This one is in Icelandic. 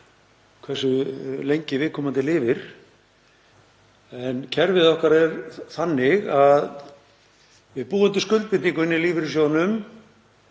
hversu lengi viðkomandi lifir. Kerfið okkar er þannig að við búum til skuldbindingu í lífeyrissjóðnum